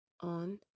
on